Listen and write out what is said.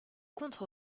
contre